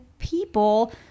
people